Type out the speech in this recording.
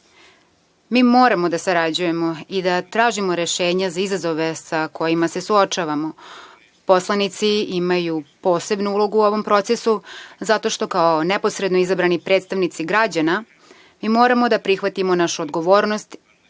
moramo da sarađujemo i da tražimo rešenja za izazove sa kojima se suočavamo. Poslanici imaju posebnu ulogu u ovom procesu, zato što kao neposredno izabrani predstavnici građana, mi moramo da prihvatimo našu odgovornost i odgovorimo